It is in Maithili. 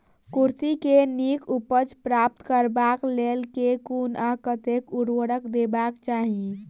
कुर्थी केँ नीक उपज प्राप्त करबाक लेल केँ कुन आ कतेक उर्वरक देबाक चाहि?